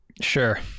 sure